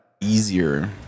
easier